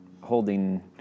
holding